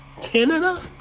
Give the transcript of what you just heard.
Canada